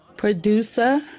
Producer